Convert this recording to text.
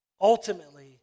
ultimately